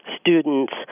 students